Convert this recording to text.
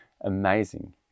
amazing